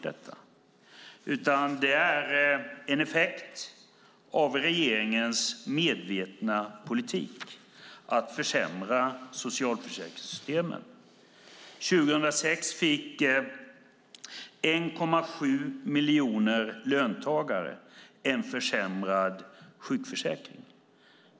Det är en effekt av regeringens medvetna politik för att försämra socialförsäkringssystemen. År 2006 fick 1,7 miljoner löntagare en försämrad sjukförsäkring.